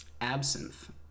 Absinthe